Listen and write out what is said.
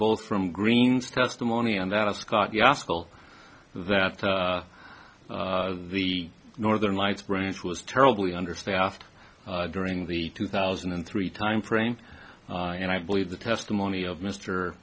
both from green's testimony and out of scott yeah school that the northern lights branch was terribly understaffed during the two thousand and three timeframe and i believe the testimony of m